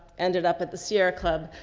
ended up at the sierra club.